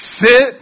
sit